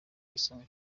igisonga